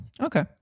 Okay